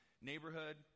neighborhood